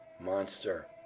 Monster